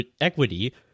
equity